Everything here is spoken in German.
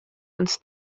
uns